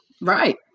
Right